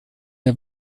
der